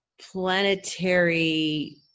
planetary